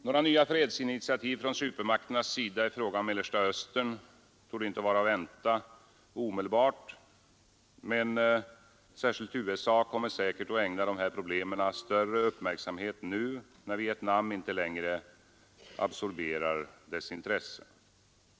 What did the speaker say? Några nya fredsinitiativ från supermakternas sida i fråga om Mellersta Östern torde inte vara att vänta omedelbart men särskilt USA kommer säkert att ägna dessa problem större uppmärksamhet nu, när Vietnam inte längre absorberar dess intresse.